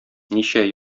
ничә